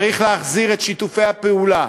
צריך להחזיר את שיתופי הפעולה,